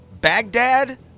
Baghdad